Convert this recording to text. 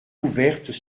ouvertes